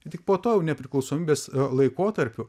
tik po to jau nepriklausomybės laikotarpiu